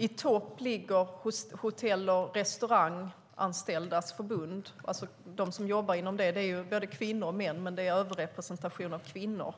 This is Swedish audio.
I topp ligger Hotell och restaurangfacket, alltså de som jobbar inom det området. Det är både kvinnor och män, men kvinnorna är överrepresenterade.